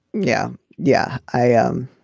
yeah yeah i am.